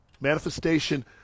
Manifestation